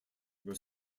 were